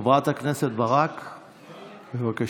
חברת הכנסת ברק, בבקשה.